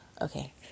Okay